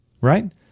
Right